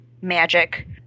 magic